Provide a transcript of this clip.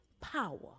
power